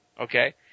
okay